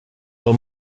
del